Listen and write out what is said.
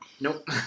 Nope